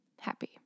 happy